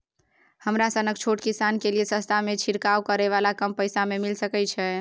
हमरा सनक छोट किसान के लिए सस्ता में छिरकाव करै वाला कम पैसा में मिल सकै छै?